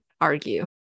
argue